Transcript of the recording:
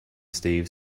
steve